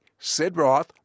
Sidroth